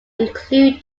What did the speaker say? include